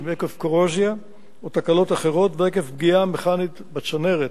עקב קורוזיה או תקלות אחרות ועקב פגיעה מכנית בצנרת,